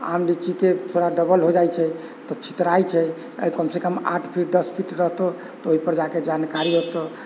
आम लीचीके थोड़ा डबल हो जाइ छै तऽ छितराइ छै अगर कम से कम आठ फिट दस फिट रहतौह तऽ ओहि पर जाके जानकारी होतोह